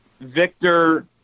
Victor